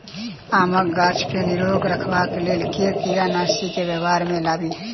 आमक गाछ केँ निरोग रखबाक लेल केँ कीड़ानासी केँ व्यवहार मे लाबी?